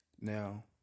Now